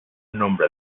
nombre